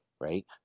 right